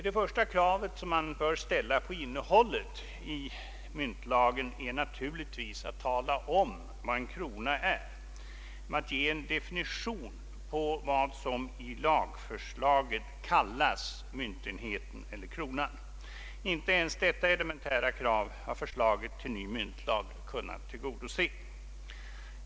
Det första kravet som man bör ställa på innehållet i myntlagen är naturligtvis att den skall tala om vad en krona är, ge en definition på vad som i lagförslaget kallas myntenheten eller kronan. Inte ens detta elementära krav har förslaget till ny myntlag kunnat tillgodose.